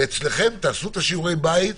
ואצלכם תעשו את שיעורי הבית.